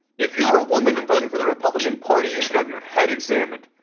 if you are a woman and voting for the republican party, you should have your head examined.